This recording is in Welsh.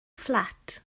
fflat